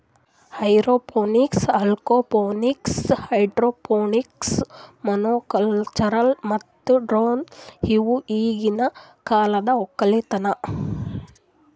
aeroponics, aquaponics, hydroponics, monoculture ಮತ್ತ drone ಇವು ಈಗಿನ ಕಾಲದ ಒಕ್ಕಲತನ